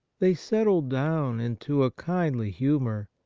they settle down into a kindly humour,